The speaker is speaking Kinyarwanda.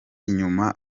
inyuma